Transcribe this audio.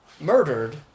murdered